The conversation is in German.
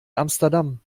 amsterdam